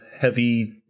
heavy